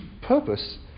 purpose